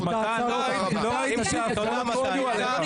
--- לא ראיתי שההפגנות השפיעו עליך.